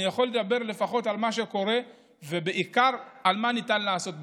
אני יכול לדבר לפחות על מה שקורה ובעיקר על מה ניתן לעשות בעתיד.